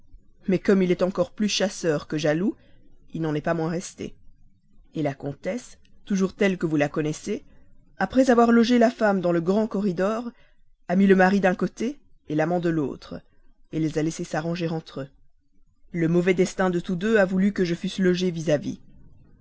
mais comme il est encore plus chasseur que jaloux il n'en est pas moins resté la comtesse toujours telle que vous la connaissez après avoir logé la femme dans le grand corridor a mis le mari d'un côté l'amant de l'autre les a laissés s'arranger entre eux le mauvais destin de tous deux a voulu que je fusse logé